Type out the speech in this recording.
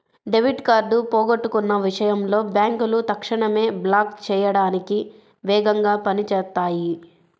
debit card పోగొట్టుకున్న విషయంలో బ్యేంకులు తక్షణమే బ్లాక్ చేయడానికి వేగంగా పని చేత్తాయి